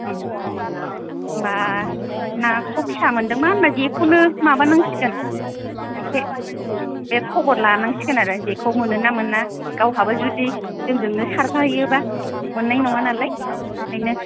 बा नाखौ फिसा मोनदंबा होमब्ला जेखौनो माबानांसिगोन एसे बे खबर लानांसिगोन आरो जेखौ मोनो ना मोना गावहाबो जदि जोंजोंनो सारफा हैयोब्ला मोननाय नङा नालाय ओंखायनो